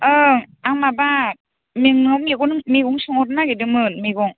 ओं आं माबा नोंनाव मैगं सोंहरनो नागिरदोंमोन मैगं